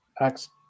acts